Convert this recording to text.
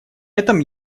этом